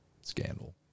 scandal